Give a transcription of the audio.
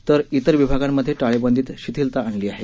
तर इतर विभागांमध्ये टाळेबंदीत शिथिलता आणली आहे